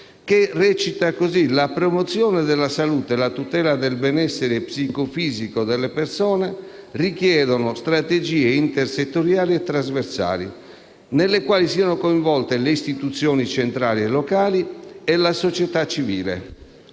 seguente:« La promozione della salute e la tutela del benessere psicofisico della persona richiedono strategie intersettoriali e trasversali nelle quali siano coinvolte le istituzioni centrali e locali e la società civile.